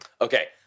Okay